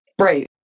Right